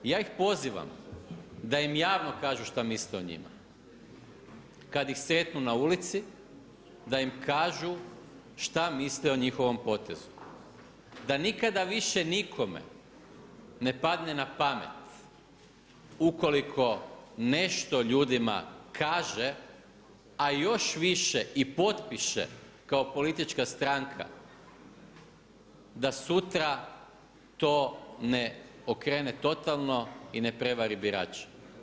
Ja ih pozivam da im javno kažu šta misle o njima kada ih sretnu na ulici da im kažu šta misle o njihovom potezu, da nikada više nikome ne padne na pamet ukoliko nešto ljudima kaže, a još više i potpiše kao politička stranka da sutra to ne okrene totalno i ne prevari birače.